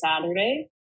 Saturday